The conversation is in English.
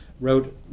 wrote